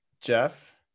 Jeff